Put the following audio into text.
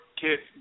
kids